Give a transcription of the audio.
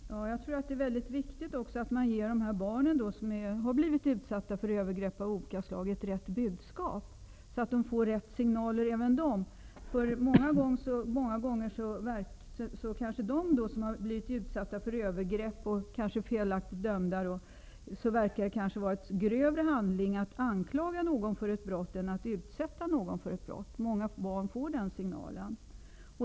Fru talman! Jag tror att det också är väldigt viktigt att ge de barn som har blivit utsatta för övergrepp av olika slag rätt budskap, även riktiga signaler. Men många gånger är det så att om det döms fel i fall som handlar om barn som blivit utsatta för övergrepp, kan det verka som om det är ett grövre brott att anklaga någon för ett brott än att utsätta någon för ett brott. Många barn får den signalen.